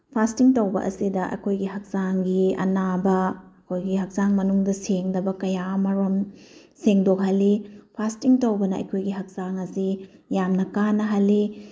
fasting ꯇꯧꯕ ꯑꯁꯤꯗ ꯑꯩꯈꯣꯏꯒꯤ ꯍꯛꯆꯥꯡꯒꯤ ꯑꯅꯥꯕ ꯑꯩꯈꯣꯏꯒꯤ ꯍꯛꯆꯥꯡ ꯃꯅꯨꯡꯗ ꯁꯦꯡꯗꯕ ꯀꯌꯥ ꯑꯃꯔꯣꯝ ꯁꯦꯡꯗꯣꯛꯍꯜꯂꯤ ꯐꯥꯁꯇꯤꯡ ꯇꯧꯕꯅ ꯑꯩꯈꯣꯏꯒꯤ ꯍꯛꯆꯥꯡ ꯑꯁꯤ ꯌꯥꯝꯅ ꯀꯥꯟꯅꯍꯜꯂꯤ